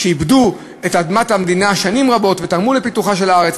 שעיבדו את אדמת המדינה שנים רבות ותרמו לפיתוחה של הארץ,